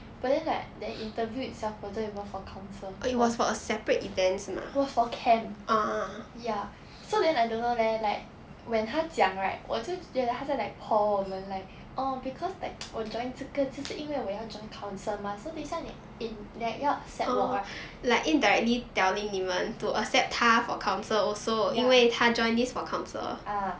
but then like that interview itself wasn't even for council was was for camp ya so then I don't know leh like when 他讲 right 我就觉得他是 like por 我们 like oh because like 我 join 这个就是因为我要 join council mah so 等一下你 in 要 accept 我 ya ah